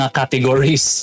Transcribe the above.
categories